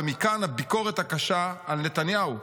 ומכאן הביקורת הקשה על נתניהו.